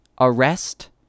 Arrest